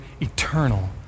eternal